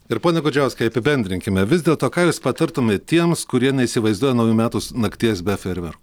ir pone gudžiauskai apibendrinkime vis dėlto ką jūs patartumėt tiems kurie neįsivaizduoja naujų metų nakties be fejerverkų